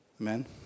Amen